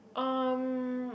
um